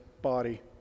body